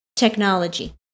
technology